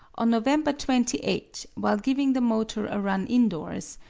on november twenty eight, while giving the motor a run indoors,